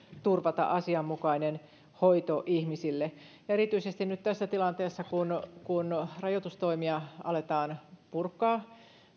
turvata asianmukainen hoito ihmisille erityisesti nyt tässä tilanteessa kun kun rajoitustoimia aletaan purkaa